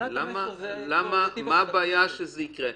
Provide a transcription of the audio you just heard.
מה הבעיה שזה יקרה?